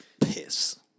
Piss